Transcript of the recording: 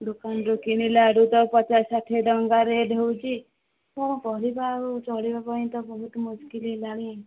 ଦୋକାନରୁ କିଣିଲା ଆଡ଼ୁ ତ ପଚାଶ ଷାଠିଏ ଟଙ୍କା ରେଟ୍ ହେଉଛି କ'ଣ କରିବା ଆଉ ଚଳିବା ପାଇଁ ତ ବହୁତ ମୁଶକିଲ ହେଲାଣି